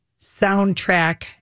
soundtrack